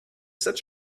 such